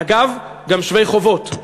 אגב, גם שווי חובות.